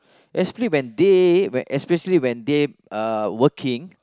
especially when they when especially when they uh working